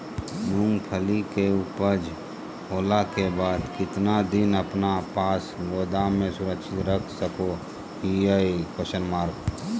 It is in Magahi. मूंगफली के ऊपज होला के बाद कितना दिन अपना पास गोदाम में सुरक्षित रख सको हीयय?